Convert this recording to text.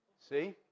See